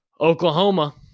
Oklahoma